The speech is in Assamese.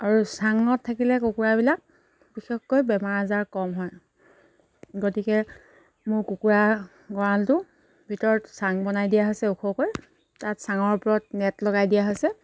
আৰু চাঙত থাকিলে কুকুৰাবিলাক বিশেষকৈ বেমাৰ আজাৰ কম হয় গতিকে মোৰ কুকুৰা গঁৰালটো ভিতৰত চাং বনাই দিয়া হৈছে ওখকৈ তাত চাঙৰ ওপৰত নেট লগাই দিয়া হৈছে